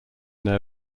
their